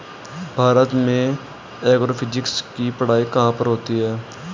भारत में एग्रोफिजिक्स की पढ़ाई कहाँ पर होती है?